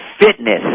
fitness